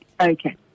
okay